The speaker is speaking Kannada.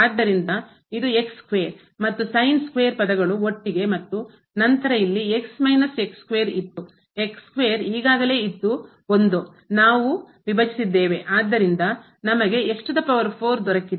ಆದ್ದರಿಂದ ಇದು ಮತ್ತು ಪದಗಳು ಒಟ್ಟಿಗೆ ಮತ್ತು ನಂತರ ಇಲ್ಲಿ ಇತ್ತು ಈಗಾಗಲೇ ಇತ್ತು ನಾವು ವಿಭಜಿಸಿದ್ದೇವೆ ಆದ್ದರಿಂದ ನಮಗೆ ದೊರಕಿದೆ